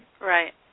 Right